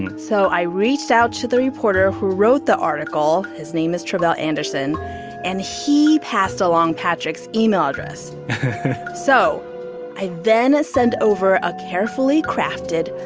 but so i reached out to the reporter who wrote the article his name is tre'vell anderson and he passed along patrik's email address so i then sent over a carefully crafted,